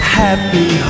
happy